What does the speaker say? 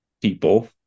people